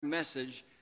Message